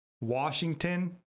Washington